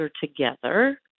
together